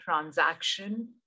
transaction